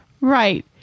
Right